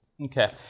Okay